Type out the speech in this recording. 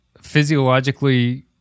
physiologically